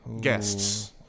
guests